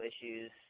issues